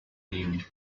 name